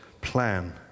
plan